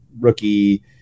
rookie